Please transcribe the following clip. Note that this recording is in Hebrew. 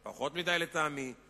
פחות מדי לטעמי,